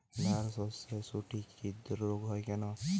ডালশস্যর শুটি ছিদ্র রোগ হয় কেন?